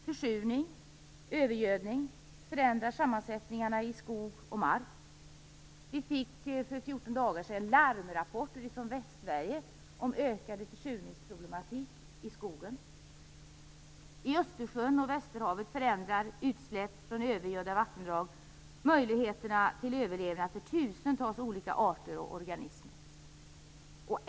Försurning och övergödning förändrar sammansättningen i skog och mark. För 14 dagar sedan fick vi larmrapporter från Västsverige om en ökad försurningsproblematik vad gäller skogen. I Östersjön och Västerhavet förändrar utsläpp från övergödda vattendrag möjligheterna till överlevnad för tusentals olika arter och organismer.